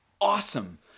Awesome